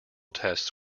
tests